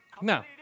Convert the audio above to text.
No